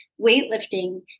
weightlifting